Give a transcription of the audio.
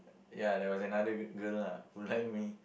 ya there was another girl lah who like me